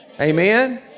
Amen